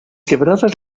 quebradas